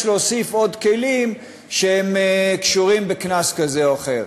להוסיף עוד כלים שקשורים בקנס כזה או אחר.